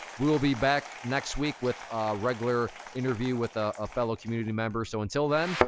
we'll be back next week, with a regular interview with ah a fellow community member. so until then,